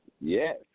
yes